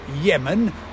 Yemen